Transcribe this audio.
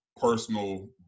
personal